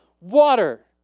water